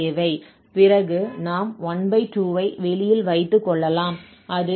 பிறகு நாம் 12 ஐ வெளியில் வைத்துக் கொள்ளலாம்